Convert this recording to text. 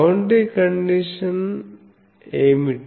boundary condition ఏమిటి